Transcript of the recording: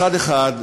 מצד אחד,